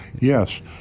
yes